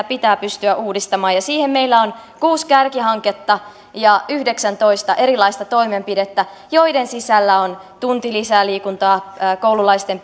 pitää pystyä uudistamaan ja siihen meillä on kuusi kärkihanketta ja yhdeksäntoista erilaista toimenpidettä joiden sisällä on tunti lisää liikuntaa koululaisten